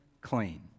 clean